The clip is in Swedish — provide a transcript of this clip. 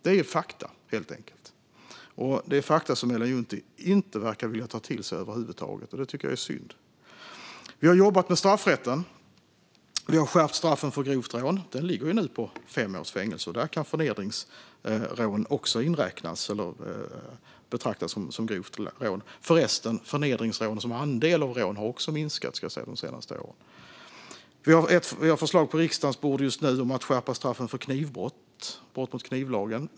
Det är helt enkelt ett faktum, men det är ett faktum Ellen Juntti inte verkar vilja ta till sig över huvud taget. Det tycker jag är synd. Vi har jobbat med straffrätten och skärpt straffen för grovt rån, vilket nu ligger på fem års fängelse. Där kan även förnedringsrån inräknas - det kan betraktas som grovt rån. Förnedringsrån som andel av rån har förresten också minskat de senaste åren. Vi har just nu ett förslag på riksdagens bord om att skärpa straffen för knivbrott, alltså brott mot knivlagen.